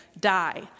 die